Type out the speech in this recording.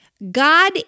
God